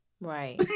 Right